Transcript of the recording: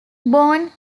bone